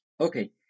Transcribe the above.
Okay